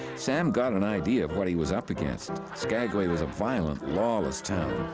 sam got an idea of what he was up against. skagway was a violent, lawless town,